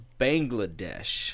Bangladesh